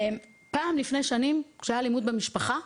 פעם לפני שנים כשהיה אלימות במשפחה,